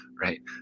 right